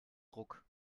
ruck